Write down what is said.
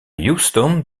houston